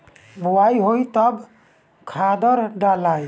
बोआई होई तब कब खादार डालाई?